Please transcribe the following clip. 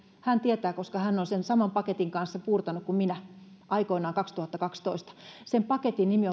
hän tietää koska hän on sen saman paketin kanssa puurtanut kuin minä aikoinaan kaksituhattakaksitoista sen paketin nimi